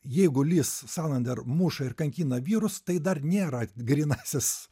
jeigu lis salander muša ir kankina vyrus tai dar nėra grynasis